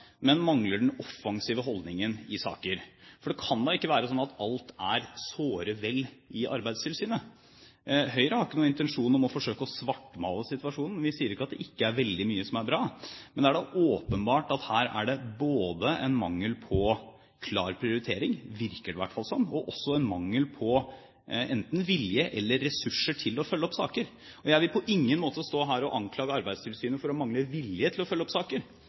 men mangler den offensive holdningen i saker. For det kan da ikke være slik at alt er såre vel i Arbeidstilsynet? Høyre har ikke noen intensjon om å forsøke å svartmale situasjonen – vi sier ikke at det ikke er veldig mye som er bra – men det er åpenbart at her er det både en mangel på klar prioritering, det virker i hvert fall slik, og en mangel på enten vilje eller ressurser til å følge opp saker. Jeg vil på ingen måte stå her og anklage Arbeidstilsynet for å mangle vilje til å følge opp saker.